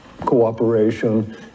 cooperation